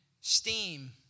steam